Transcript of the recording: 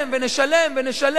ונשלם ונשלם,